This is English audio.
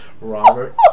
Robert